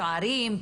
צוערים.